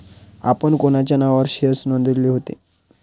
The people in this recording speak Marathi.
आपण कोणाच्या नावावर शेअर्स नोंदविले होते?